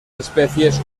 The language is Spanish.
especies